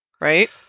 Right